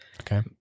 Okay